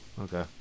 Okay